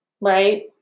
right